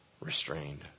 restrained